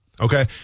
Okay